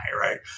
Right